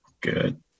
good